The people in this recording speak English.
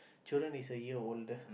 children is a year older